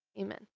amen